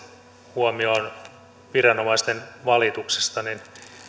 huomioon viranomaisten valituksista niin